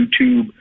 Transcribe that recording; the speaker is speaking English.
YouTube